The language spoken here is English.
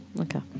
Okay